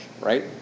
right